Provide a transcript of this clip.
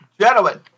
gentlemen